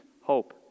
hope